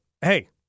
hey